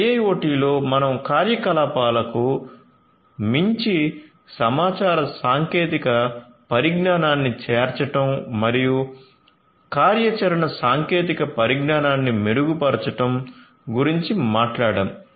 IIoT లో మనం కార్యకలాపాలకు మించి సమాచార సాంకేతిక పరిజ్ఞానాన్ని చేర్చడం మరియు కార్యాచరణ సాంకేతిక పరిజ్ఞానాన్ని మెరుగుపరచడం గురించి మాట్లాడాము